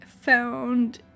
found